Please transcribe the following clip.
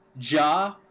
Ja